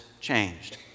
changed